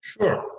Sure